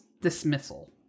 dismissal